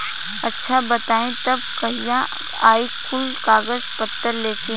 अच्छा बताई तब कहिया आई कुल कागज पतर लेके?